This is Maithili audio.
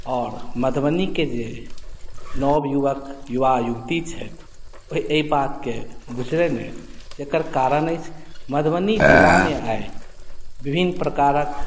आओर मधुबनीके जे नवयुवक युवा युवती छथि ओ एहि बातके बुझयमे जकर कारण अछि मधुबनी जिलामे आइ विभिन्न प्रकारक